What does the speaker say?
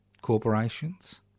corporations